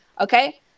okay